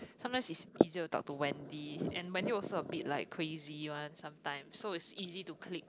sometimes it's easier to talk to Wendy and Wendy also a bit like crazy one sometime so it's easy to click